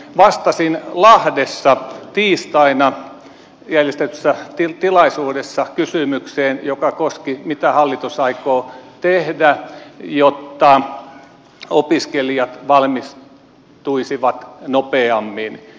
vastasin lahdessa tiistaina järjestetyssä tilaisuudessa kysymykseen joka koski sitä mitä hallitus aikoo tehdä jotta opiskelijat valmistuisivat nopeammin